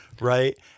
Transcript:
right